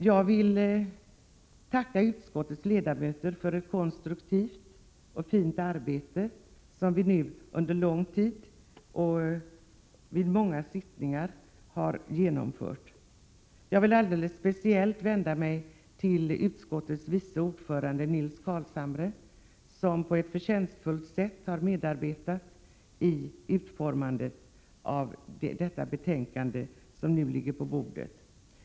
Jag vill tacka utskottets ledamöter för ett konstruktivt och fint samarbete, som vi har genomfört under lång tid och vid många sammanträden. Jag vill alldeles speciellt vända mig till utskottets vice ordförande, Nils Carlshamre, som på ett förtjänstfullt sätt har medarbetat vid utformningen av det betänkande som nu föreligger.